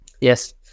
Yes